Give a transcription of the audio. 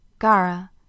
Gara